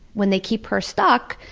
when they keep her stuck,